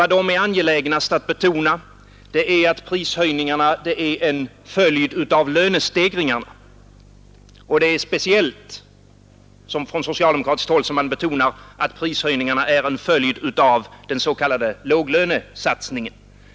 De är angelägnast att betona att prishöjningarna är en följd av lönestegringarna — och det är speciellt från socialdemokratiskt håll som man betonar att prishöjningarna är en följd av den s.k. låglönesatsningen.